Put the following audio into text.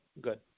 good